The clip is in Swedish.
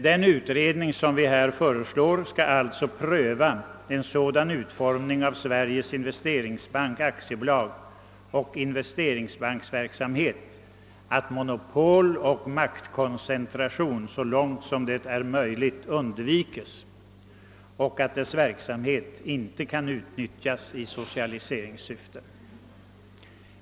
Den utredning som vi här föreslår skall alltså pröva en sådan utformning av Sveriges investeringsbank AB och av investeringsbanksverksamheten att monopol och maktkoncentration så långt som möjligt undvikes och att verksamheten inte kan utnyttjas i socialiseringssyfte.